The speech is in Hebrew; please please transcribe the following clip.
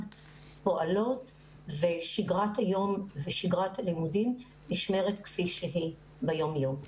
פועלות ושגרת היום ושגרת הלימודים נשמרת כפי שהיא ביום יום.